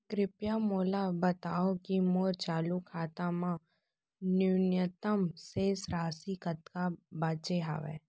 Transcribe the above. कृपया मोला बतावव की मोर चालू खाता मा न्यूनतम शेष राशि कतका बाचे हवे